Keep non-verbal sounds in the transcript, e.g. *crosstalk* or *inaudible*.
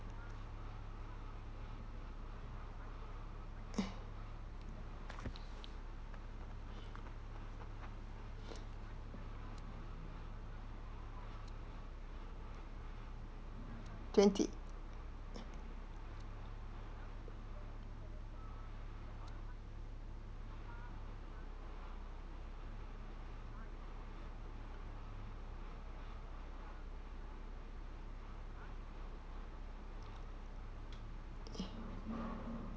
*noise* twenty *noise*